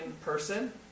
person